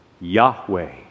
Yahweh